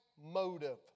motive